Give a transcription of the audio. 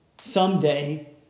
someday